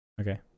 Okay